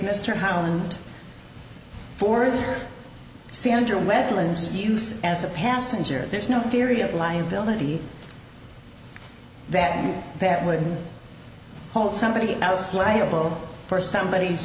mr howland for sandra wetlands use as a passenger there's no theory of liability that that would hold somebody else liable for somebody